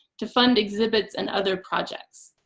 to fund exhibits and other projects.